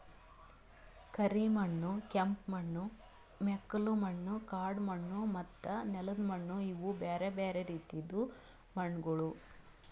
ಕರಿ ಮಣ್ಣು, ಕೆಂಪು ಮಣ್ಣು, ಮೆಕ್ಕಲು ಮಣ್ಣು, ಕಾಡು ಮಣ್ಣು ಮತ್ತ ನೆಲ್ದ ಮಣ್ಣು ಇವು ಬ್ಯಾರೆ ಬ್ಯಾರೆ ರೀತಿದು ಮಣ್ಣಗೊಳ್